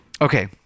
Okay